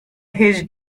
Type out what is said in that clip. his